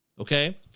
okay